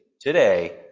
today